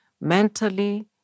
mentally